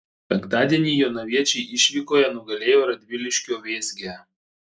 penktadienį jonaviečiai išvykoje nugalėjo radviliškio vėzgę